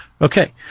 Okay